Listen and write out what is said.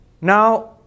Now